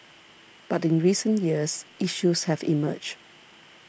but in recent years issues have emerged